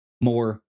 more